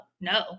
no